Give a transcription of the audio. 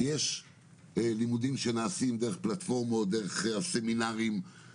יש לימודים שנעשים דרך פלטפורמות, דרך הסמינרים.